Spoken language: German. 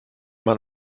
man